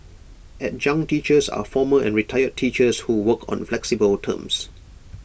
adjunct teachers are former and retired teachers who work on flexible terms